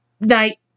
night